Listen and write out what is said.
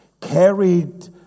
carried